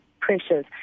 Pressures